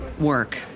work